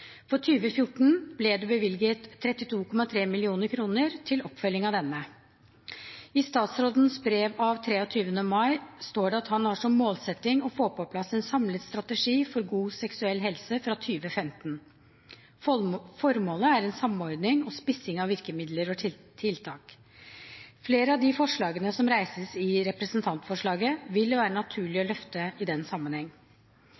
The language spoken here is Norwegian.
For 2014 ble det bevilget 32,3 mill. kr til oppfølging av denne. I statsrådens brev av 23. mai står det at han har som målsetting å få på plass en samlet strategi for god seksuell helse fra 2015. Formålet er en samordning og spissing av virkemidler og tiltak. Flere av de forslagene som fremmes i representantforslaget, vil det være naturlig